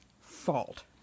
fault